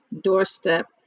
doorstep